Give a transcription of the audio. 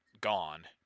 gone